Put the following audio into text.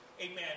Amen